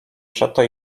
przeto